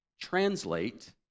translate